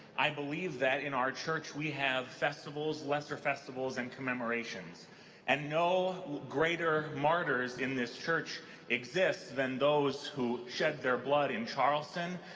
i believe that in our church we have festivals, lesser festivals and commemorations and no greater martyrs in this church exist than those who shed their blood in charleston,